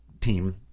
team